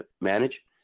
manage